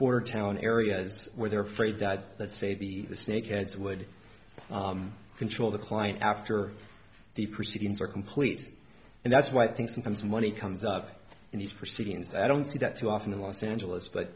border town areas where they're afraid that let's say the snakeheads would control the client after the proceedings are complete and that's why i think sometimes money comes up in these proceedings i don't see that too often in los angeles but